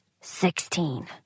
Sixteen